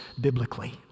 biblically